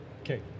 Okay